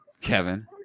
Kevin